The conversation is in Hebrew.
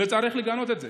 וצריך לגנות את זה.